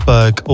Berg